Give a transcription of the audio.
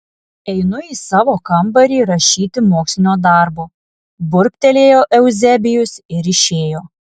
einu į savo kambarį rašyti mokslinio darbo burbtelėjo euzebijus ir išėjo